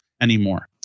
anymore